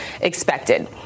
expected